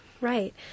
Right